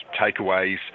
takeaways